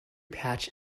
patch